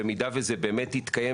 במידה וזה באמת יתקיים,